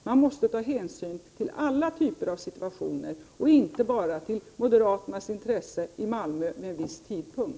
Man måste ta hänsyn till alla typer av situationer, inte bara till moderaternas intresse i Malmö vid en viss tidpunkt.